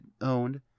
owned